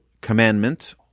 commandment